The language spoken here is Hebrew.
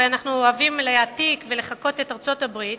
הרי אנחנו אוהבים להעתיק ולחקות את ארצות-הברית